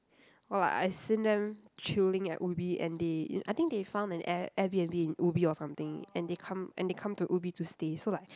oh like I've seen them chilling at Ubi and they I think they found an Air Air-B_N_B in Ubi or something and they come and they come to Ubi to stay so like